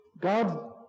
God